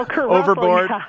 Overboard